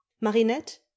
marinette